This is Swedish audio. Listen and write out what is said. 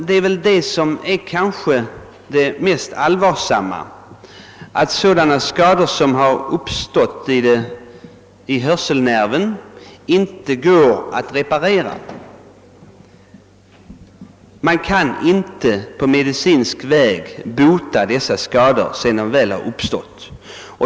Det mest allvarliga är kanske, att skador i hörselnerven inte går att bota på medicinsk väg sedan de väl har uppstått.